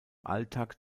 alltag